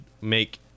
make